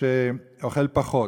שאוכל פחות.